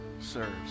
serves